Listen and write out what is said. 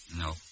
No